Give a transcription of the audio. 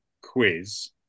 quiz